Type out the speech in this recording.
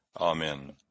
amen